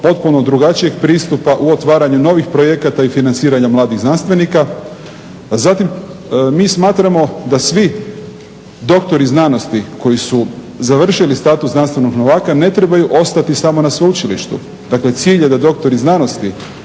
potpuno drugačijeg pristupa u otvaranju novih projekata i financiranja mladih znanstvenika. Mi smatramo da svi doktori znanosti koji su završili status znanstvenog novaka ne trebaju ostati samo na sveučilištu. Dakle cilj je da doktori znanosti